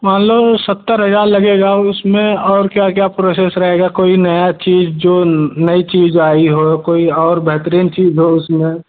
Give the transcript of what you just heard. मान लो ये सत्तर हज़ार लगेगा उस में और क्या क्या प्रोसेस रहेगा कोई नया चीज़ जो नई चीज़ आई हो कोई और बेहतरीन चीज़ हो उस में